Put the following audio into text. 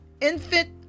infant